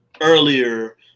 earlier